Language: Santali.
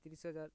ᱛᱤᱨᱤᱥ ᱦᱟᱡᱟᱨ